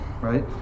right